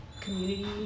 community